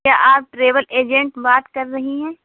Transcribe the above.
کیا آپ travel agent بات کر رہی ہیں